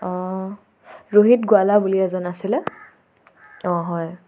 অঁ ৰোহিত গোৱালা বুলি এজন আছিলে অঁ হয়